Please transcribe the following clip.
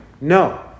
No